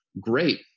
great